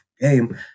game